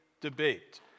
debate